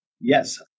Yes